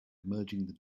merging